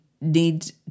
need